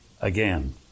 again